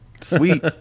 Sweet